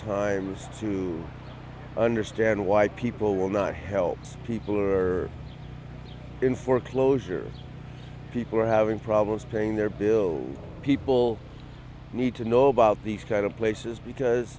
times to understand why people will not help people who are in foreclosure people are having problems paying their bills people need to know about these kind of places because